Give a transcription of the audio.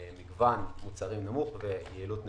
מגוון מוצרים נמוך ויעילות נמוכה.